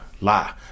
lie